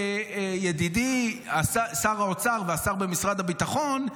ידידי שר האוצר והשר במשרד הביטחון,